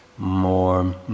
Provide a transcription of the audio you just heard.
more